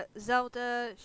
Zelda